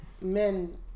men